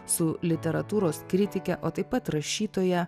su literatūros kritike o taip pat rašytoja